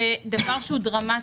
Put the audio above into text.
זה דבר שהוא דרמטי.